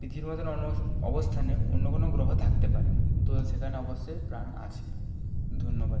পৃথিবীর মতন অন্য অবস্থানে অন্য কোনো গ্রহ থাকতে পারে তো সেখানে অবশ্যই প্রাণ আছে ধন্যবাদ